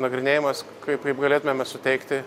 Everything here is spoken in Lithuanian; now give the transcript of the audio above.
nagrinėjimas kaip kaip galėtumėme suteikti